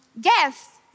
guess